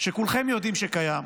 שכולכם יודעים שקיים,